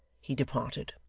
he departed.